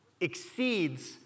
exceeds